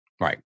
Right